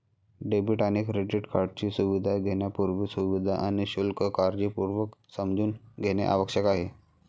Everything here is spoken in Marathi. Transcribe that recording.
डेबिट आणि क्रेडिट कार्डची सुविधा घेण्यापूर्वी, सुविधा आणि शुल्क काळजीपूर्वक समजून घेणे आवश्यक आहे